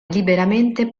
liberamente